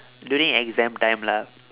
during exam time lah